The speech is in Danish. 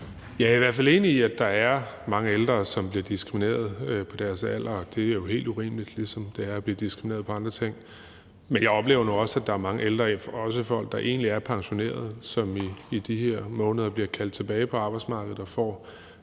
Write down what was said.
Jeg er i hvert fald enig i, at der er mange ældre, som bliver diskrimineret på deres alder, og det er jo helt urimeligt, ligesom det er at blive diskrimineret på andre ting. Men jeg oplever nu også, at der er mange ældre, også folk, der egentlig er pensionerede, som i de her måneder bliver kaldt tilbage på arbejdsmarkedet og får